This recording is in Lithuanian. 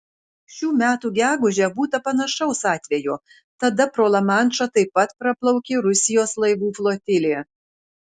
šių metų gegužę būta panašaus atvejo tada pro lamanšą taip pat praplaukė rusijos laivų flotilė